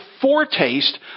foretaste